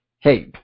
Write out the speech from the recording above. Hey